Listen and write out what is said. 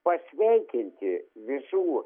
pasveikinti visų